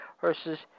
versus